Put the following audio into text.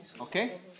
Okay